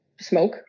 smoke